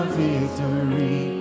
victory